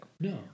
No